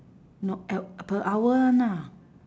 not e~ per hour [one] ah